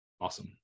awesome